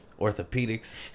Orthopedics